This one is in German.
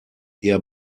eher